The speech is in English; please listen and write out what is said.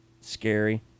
scary